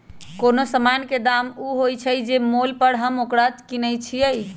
कोनो समान के दाम ऊ होइ छइ जे मोल पर हम ओकरा किनइ छियइ